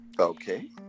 Okay